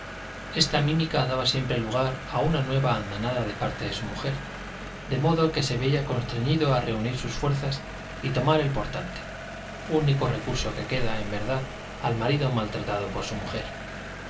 esta mímica daba siempre lugar a una nueva andanada de parte de su mujer de modo que se veía constreñido a reunir sus fuerzas y tomar el portante único recurso que queda en verdad al marido maltratado por su mujer